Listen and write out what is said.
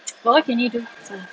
but what can he do so